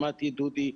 שמעתי את דודי,